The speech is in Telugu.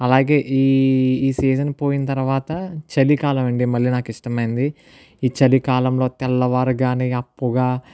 అలాగే ఈ ఈ సీజన్ పోయిన తర్వాత చలికాలం అండి మళ్ళీ నాకు ఇష్టమైనది ఈ చలికాలంలో తెల్లవారగానే ఆ పొగ